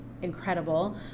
incredible